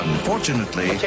Unfortunately